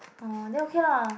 oh then okay lah